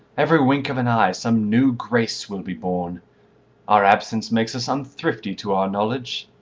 every wink of an eye some new grace will be born our absence makes us unthrifty to our knowledge.